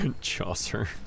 Chaucer